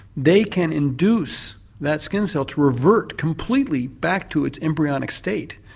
they can induce that skin cell to revert completely back to its embryonic state.